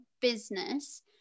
business